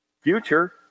future